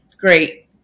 great